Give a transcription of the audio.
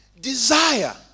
Desire